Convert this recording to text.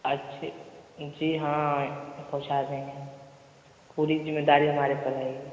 अच्छी जी हाँ पहुँचा देंगे पूरी ज़िम्मेदारी हमारे ऊपर रहेगी